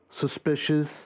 suspicious